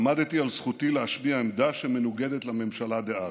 עמדתי על זכותי להשמיע עמדה שמנוגדת לזו של ממשלה דאז.